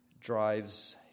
drives